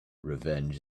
revenge